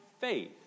faith